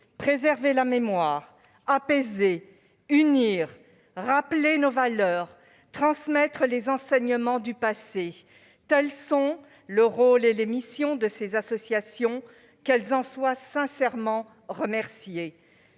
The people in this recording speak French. préserver la mémoire, apaiser, unir, rappeler nos valeurs, transmettre les enseignements du passé, tels sont le rôle et les missions de ces associations. Qu'elles en soient sincèrement remerciées